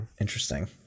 Interesting